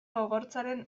gogortzaren